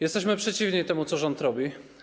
Jesteśmy przeciwni temu, co rząd robi.